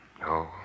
No